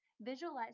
Visualize